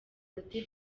ati